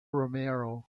romeo